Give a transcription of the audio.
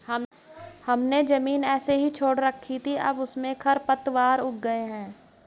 हमने ज़मीन ऐसे ही छोड़ रखी थी, अब उसमें खरपतवार उग गए हैं